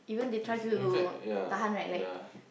in in fact ya ya